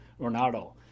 Ronaldo